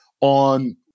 on